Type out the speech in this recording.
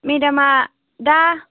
मेडामा दा